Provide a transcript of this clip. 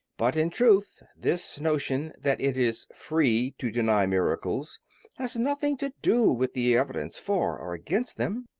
but in truth this notion that it is free to deny miracles has nothing to do with the evidence for or against them.